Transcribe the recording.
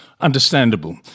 understandable